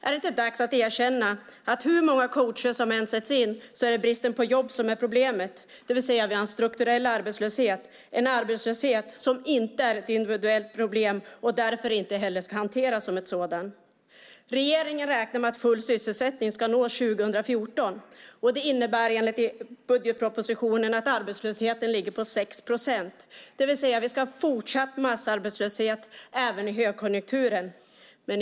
Är det inte dags att erkänna att hur många coacher som än sätts in är det bristen på jobb som är problemet? Vi har en strukturell arbetslöshet. Vi har en arbetslöshet som inte är ett individuellt problem och därför inte ska hanteras som ett sådant. Regeringen räknar med att full sysselsättning ska nås 2014. Det innebär enligt budgetpropositionen att arbetslösheten ligger på 6 procent. Vi ska alltså ha fortsatt massarbetslöshet även i högkonjunkturen.